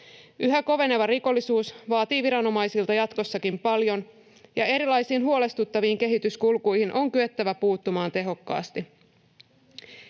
Yhä koveneva rikollisuus vaatii viranomaisilta jatkossakin paljon, ja erilaisiin huolestuttaviin kehityskulkuihin on kyettävä puuttumaan tehokkaasti.